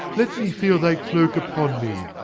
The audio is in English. let me feel thy cloak upon me.